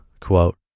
Quote